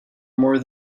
more